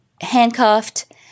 handcuffed